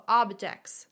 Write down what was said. objects